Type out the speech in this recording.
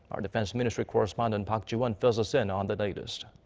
our defense ministry correspondent park ji-won fills us in on the latest.